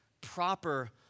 proper